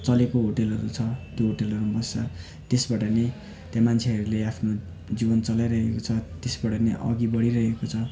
चलेको होटलहरू छ त्यो होटलहरूमा बस्छ त्यसबाट नै त्यहाँ मान्छेहरूले आफ्नो जीवन चलाइरहेको छ त्यसबाट पनि अघि बढिरहेको छ